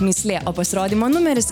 mįslė o pasirodymo numeris